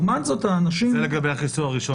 זה לגבי החיסון הראשון.